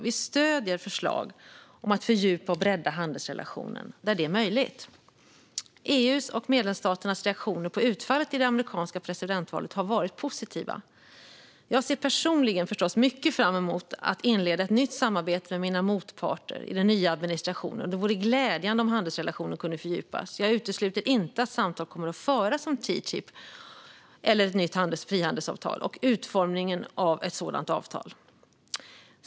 Vi stöder förslag om att fördjupa och bredda handelsrelationen där det är möjligt. EU:s och medlemsstaternas reaktioner på utfallet i det amerikanska presidentvalet har varit positiva. Jag ser personligen förstås mycket fram emot att inleda ett nytt samarbete med mina motparter i den nya administrationen, och det vore glädjande om handelsrelationen kunde fördjupas. Jag utesluter inte att samtal kommer att föras om TTIP och utformningen av ett framtida handelsavtal.